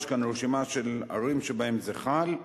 יש כאן רשימה של ערים שבהן זה חל.